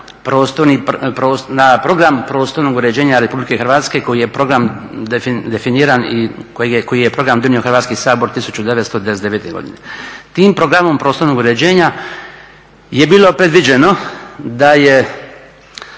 na Program prostornog uređenja Republike Hrvatske koji je program definiran i koji je program donio Hrvatski sabor 1999. godine. Tim programom prostornog uređenja je bilo predviđeno da je